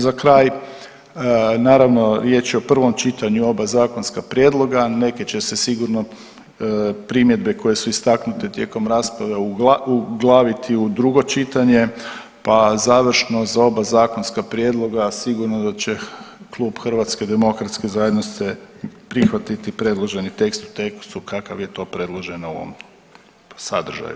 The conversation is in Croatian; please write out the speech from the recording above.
Za kraj, naravno riječ je o prvom čitanju oba zakonska prijedloga, neke će se sigurno primjedbe koje su istaknute tijekom rasprave uglaviti u drugo čitanje, pa završno za oba zakonska prijedloga sigurno da će klub HDZ-a prihvatiti predloženi tekst u tekstu kakav je to predloženo u ovom sadržaju.